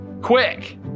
quick